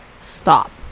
Stop